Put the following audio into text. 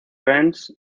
rennes